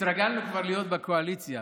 התרגלנו להיות בקואליציה.